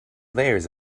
layers